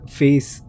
face